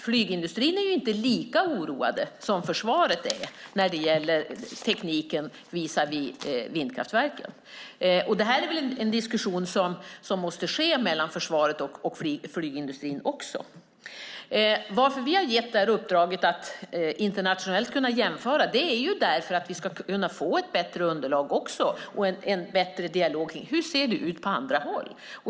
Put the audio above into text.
Flygindustrin är inte lika oroad som försvaret när det gäller tekniken visavi vindkraftverken. Det här är en diskussion som måste ske mellan försvaret och flygindustrin också. Varför vi har gett uppdraget att internationellt kunna jämföra är för att få ett bättre underlag och dialog om hur det ser ut på andra håll.